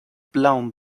blown